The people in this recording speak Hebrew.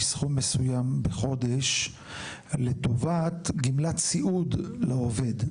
סכום מסוים בחודש לטובת גמלת סיעוד לעובד.